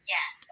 Yes